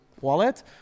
Wallet